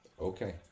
Okay